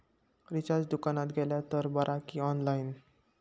Recharge दुकानात केला तर बरा की ऑनलाइन?